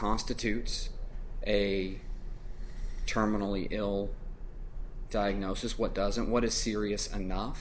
constitutes a terminally ill diagnosis what doesn't what is serious and najaf